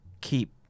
keep